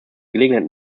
gelegenheit